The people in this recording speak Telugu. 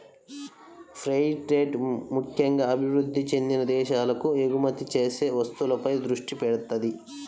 ఫెయిర్ ట్రేడ్ ముక్కెంగా అభివృద్ధి చెందిన దేశాలకు ఎగుమతి చేసే వస్తువులపై దృష్టి పెడతది